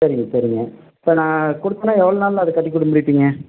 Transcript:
சரிங்க சரிங்க இப்போ நான் கொடுத்தேன்னா எவ்வளோ நாள்ல அது கட்டி குடி முடிப்பீங்கள்